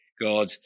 God